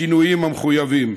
בשינויים המחויבים.